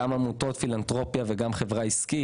גם עמותות פילנתרופיה וגם חברה עסקית.